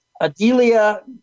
Adelia